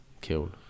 killed